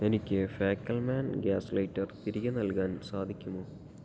എനിക്ക് ഫാക്കൽമാൻ gas lighter തിരികെ നൽകാൻ സാധിക്കുമോ